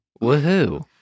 Woohoo